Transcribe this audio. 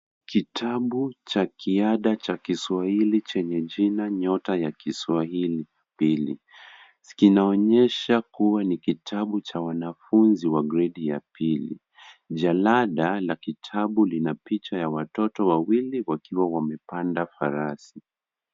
Kitabu cha kiada cha kiswahili chenye jina nyota ya kiswahili pili. Kinaonyesha kuwa ni kitabu cha wanafunzi wa gredi ya pili. Jalada la kitabu lina picha ya watoto wawili wakiwa wamepanda farasi.